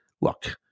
look